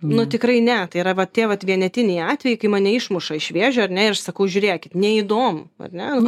nu tikrai ne tai yra va tie vat vienetiniai atvejai kai mane išmuša iš vėžių ar ne ir aš sakau žiūrėkit neįdomu ar ne